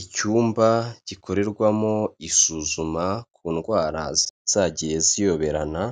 Icyumba gikorerwamo isuzuma ku ndwara zagiye ziyoberana,